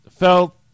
felt